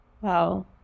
Wow